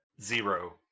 zero